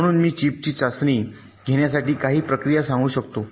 म्हणून मी चिपची चाचणी घेण्यासाठी काही प्रक्रिया सांगू शकतो